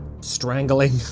strangling